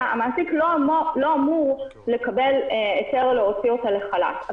המעסיק לא אמור לקבל היתר להוציא אותה לחל"ת.